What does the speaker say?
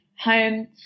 home